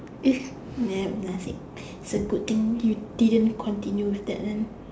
if nah nothing it's a good thing you didn't continue with that then